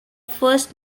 first